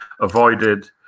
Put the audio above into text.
avoided